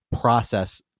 process